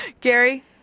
Gary